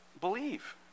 believe